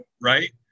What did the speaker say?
right